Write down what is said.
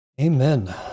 Amen